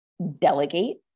delegate